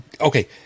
okay